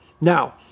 Now